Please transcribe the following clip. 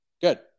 Good